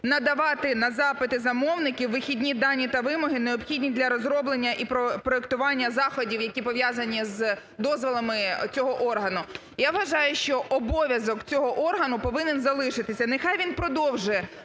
надавати на запити замовників вихідні дані та вимоги, необхідні для розроблення і проектування заходів, які пов'язані з дозволами цього органу. Я вважаю, що обов'язок цього органу повинен залишитися. Нехай він продовжить